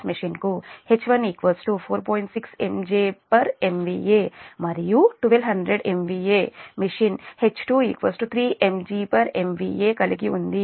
6 MJ MVA మరియు 1200 MVA machine H2 3 MJMVA కలిగి ఉంది